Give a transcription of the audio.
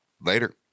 Later